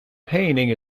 painting